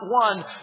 one